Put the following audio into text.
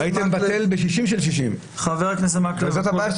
--- הייתם בטל ב-60 של 60. חה"כ מקלב --- וזאת הבעיה,